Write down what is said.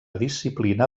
disciplina